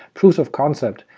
proofs of concept,